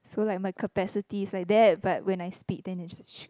so like my capacity is like that but when I speak then is just